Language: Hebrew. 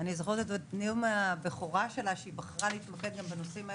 אני זוכרת את נאום הבכורה שלה שהיא בחרה להתמקד גם בנושאים האלו,